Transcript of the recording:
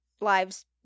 lives